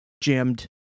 jammed